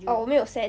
oh 我没有 send